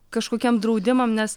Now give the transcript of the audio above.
kažkokiem draudimam nes